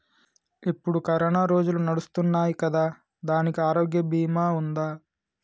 ఇప్పుడు కరోనా రోజులు నడుస్తున్నాయి కదా, దానికి ఆరోగ్య బీమా ఉందా?